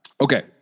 Okay